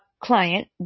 client